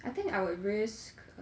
I think I would risk